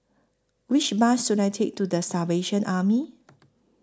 Which Bus should I Take to The Salvation Army